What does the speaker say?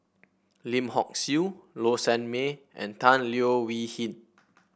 Lim Hock Siew Low Sanmay and Tan Leo Wee Hin